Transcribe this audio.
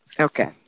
Okay